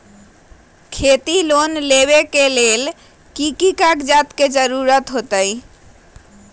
खेती लोन लेबे खातिर की की कागजात के जरूरत होला?